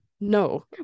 No